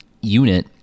unit